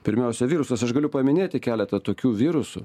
pirmiausia virusas aš galiu paminėti keletą tokių virusų